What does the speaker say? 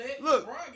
Look